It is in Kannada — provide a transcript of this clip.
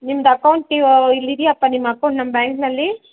ನಿಮ್ದು ಅಕೌಂಟ್ ನೀವು ಇಲ್ಲಿದ್ಯಾಪ್ಪ ನಿಮ್ಮ ಅಕೌಂಟ್ ನಮ್ಮ ಬ್ಯಾಂಕ್ನಲ್ಲಿ